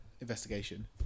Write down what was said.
investigation